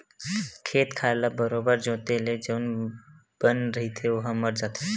खेत खार ल बरोबर जोंते ले जउन बन रहिथे ओहा मर जाथे